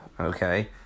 okay